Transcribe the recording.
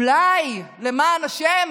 אולי, למען השם,